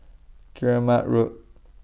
Keramat Road